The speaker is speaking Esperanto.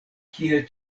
kiel